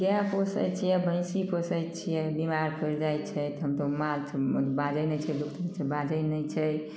गाय पोसय छियै भैंसी पोसय छियै बीमार पड़ि जाइ छै तऽ हमसब माल छै बाजय नहि छै तऽ बाजय नहि छै